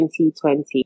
2020